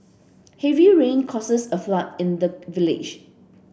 heavy rain causes a flood in the village